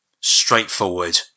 straightforward